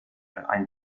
ein